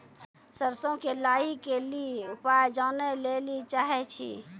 सरसों मे लाही के ली उपाय जाने लैली चाहे छी?